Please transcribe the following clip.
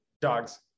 Dogs